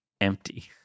Empty